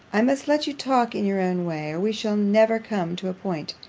i must let you talk in your own way, or we shall never come to a point.